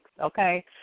okay